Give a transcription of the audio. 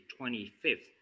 25th